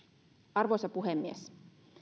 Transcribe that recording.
arvoisa puhemies